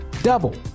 Double